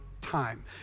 time